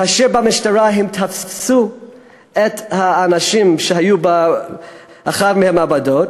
כאשר במשטרה הם תפסו את האנשים שהיו באחת מהמעבדות,